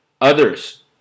others